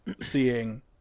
Seeing